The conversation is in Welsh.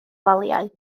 waliau